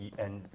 and,